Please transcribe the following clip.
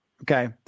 Okay